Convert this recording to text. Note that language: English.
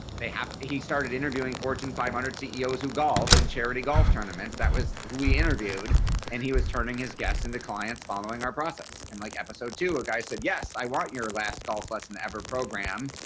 they have he started interviewing fortune five hundred ceos who golf and charity golf tournaments. that was who we interviewed and he was turning his guests into clients following our process and like episode, two ah guy said yes i want your last golf lesson ever program.